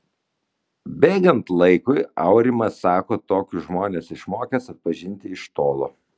bėgant laikui aurimas sako tokius žmones išmokęs atpažinti iš tolo